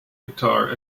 guitar